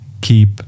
keep